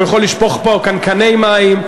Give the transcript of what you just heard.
הוא יכול לשפוך פה קנקני מים,